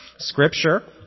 Scripture